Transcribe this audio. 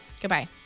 goodbye